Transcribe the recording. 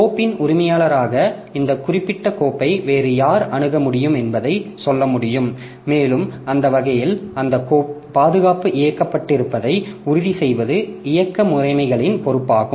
கோப்பின் உரிமையாளராக இந்த குறிப்பிட்ட கோப்பை வேறு யார் அணுக முடியும் என்பதை சொல்ல முடியும் மேலும் அந்த வகையில் அந்த பாதுகாப்பு இயக்கப்பட்டிருப்பதை உறுதி செய்வது இயக்க முறைமைகளின் பொறுப்பாகும்